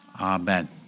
Amen